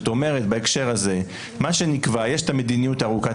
בהקשר הזה מה שנקבע יש מדיניות ארוכת